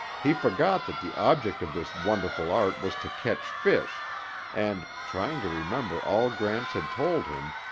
he forgot that the object of this wonderful art was to catch fish and, trying to remember all gramps had told him,